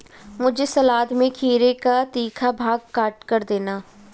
मुझे सलाद में खीरे का तीखा भाग काटकर देना